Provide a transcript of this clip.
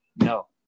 No